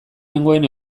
nengoen